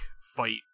fight